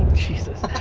jesus.